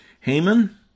Haman